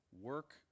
work